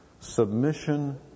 Submission